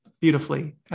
beautifully